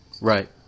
Right